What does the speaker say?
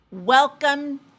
Welcome